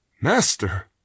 Master